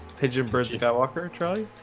pigeon birds you got walker trolley.